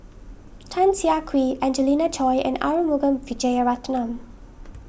Tan Siah Kwee Angelina Choy and Arumugam Vijiaratnam